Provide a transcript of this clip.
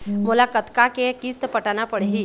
मोला कतका के किस्त पटाना पड़ही?